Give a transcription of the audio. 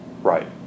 Right